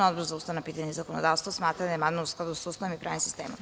Odbor za ustavna pitanja i zakonodavstvo smatra da je amandman u skladu sa Ustavom i pravnim sistemom.